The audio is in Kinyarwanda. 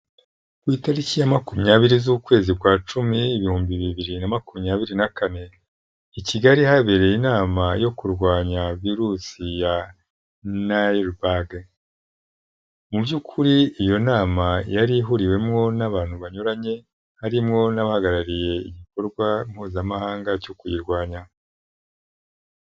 Ku itariki ya makumyabiri z'ukwezi kwa cumi ibihumbi bibiri na makumyabiri na kane i Kigali habereye inama yo kurwanya virusi ya Maribage. Mu by'ukuri iyo nama yari ihuriwemo n'abantu banyuranye harimo n'abahagarariye igikorwa mpuzamahanga cyo kuyirwanya.